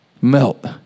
melt